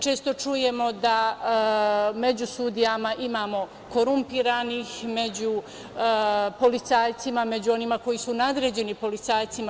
Često čujemo da među sudijama imamo korumpiranih, među policajcima, među onima koji su nadređeni policajcima.